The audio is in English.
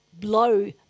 blow